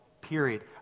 period